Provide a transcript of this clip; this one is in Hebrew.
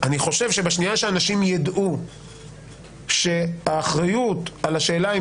אני חושב שברגע שאנשים יידעו שהאחריות על השאלה אם